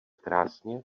krásně